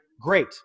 Great